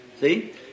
See